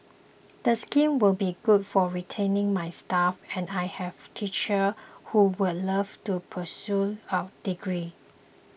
the scheme would be good for retaining my staff and I have teachers who would love to pursue adegree